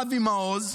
אבי מעוז.